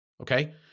Okay